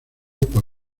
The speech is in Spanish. por